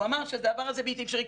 הוא אמר שהדבר הזה בלתי אפשרי,